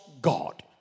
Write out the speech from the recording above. God